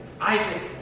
Isaac